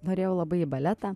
norėjau labai į baletą